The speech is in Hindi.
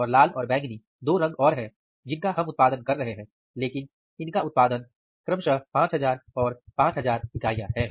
और लाल और बैंगनी दो रंग और हैं जिनका हम उत्पादन कर रहे हैं लेकिन इनका उत्पादन क्रमशः 5000 और 5000 इकाइयां हैं